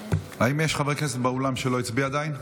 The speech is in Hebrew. האם יש חברי כנסת באולם שלא הצביעו עדיין?